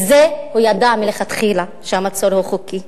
את זה הוא ידע מלכתחילה, שהמצור הוא חוקי,